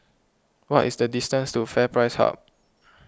what is the distance to FairPrice Hub